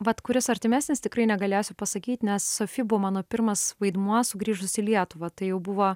vat kuris artimesnis tikrai negalėsiu pasakyti nes sofi buvo mano pirmas vaidmuo sugrįžus į lietuvą tai jau buvo